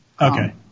Okay